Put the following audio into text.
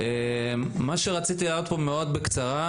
מה שרציתי להעלות בקצרה,